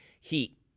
heat